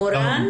מורן